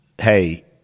Hey